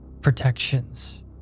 protections